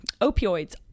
Opioids